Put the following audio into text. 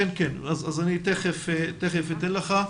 כן, תיכף אני אתן לך.